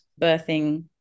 birthing